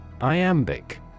Iambic